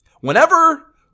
whenever